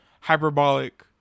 hyperbolic